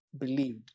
believed